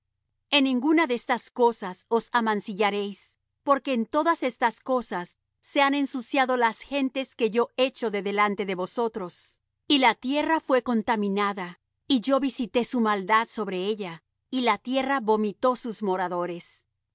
en ninguna de estas cosas os amancillaréis porque en todas estas cosas se han ensuciado las gentes que yo echo de delante de vosotros y la tierra fue contaminada y yo visité su maldad sobre ella y la tierra vomitó sus moradores